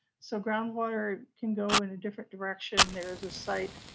so groundwater can go in a different direction. there is a site,